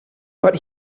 but